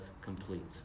complete